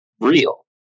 real